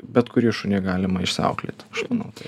bet kurį šunį galima išsiauklėti aš manau taip